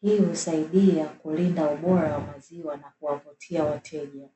hii husaidia kulinda ubora wa maziwa na kuwavutia wateja.